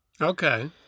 Okay